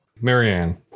Marianne